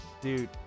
dude